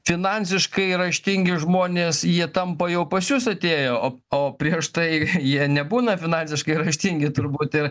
finansiškai raštingi žmonės jie tampa jau pas jus atėjo o o prieš tai jie nebūna finansiškai raštingi turbūt ir